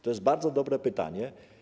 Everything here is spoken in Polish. To jest bardzo dobre pytanie.